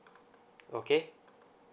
okay